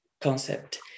concept